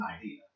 idea